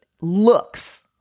looks